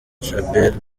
djabel